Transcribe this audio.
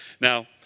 Now